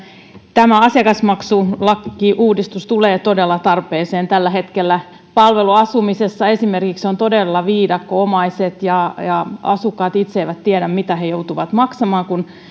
tämä asiakasmaksulakiuudistus tulee todella tarpeeseen tällä hetkellä esimerkiksi palveluasumisessa on todella viidakko omaiset ja ja asukkaat eivät itse tiedä mitä he joutuvat maksamaan kun